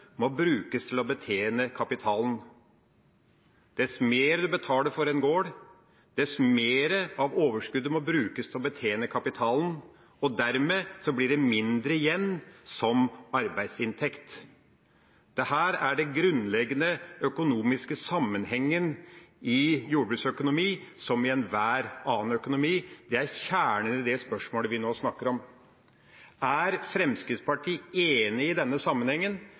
må brukes til å betjene kapitalen. Og dermed blir det mindre igjen som arbeidsinntekt. Dette er den grunnleggende økonomiske sammenhengen i jordbruksøkonomi, som i enhver annen økonomi. Det er kjernen i det spørsmålet vi nå snakker om. Er Fremskrittspartiet enig i denne sammenhengen